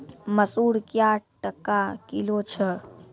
मसूर क्या टका किलो छ?